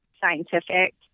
scientific